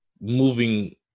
moving